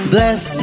Bless